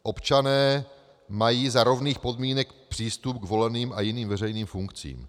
Občané mají za rovných podmínek přístup k voleným a jiným veřejným funkcím.